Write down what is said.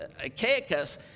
Achaicus